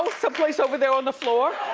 someplace over there on the floor.